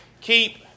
keep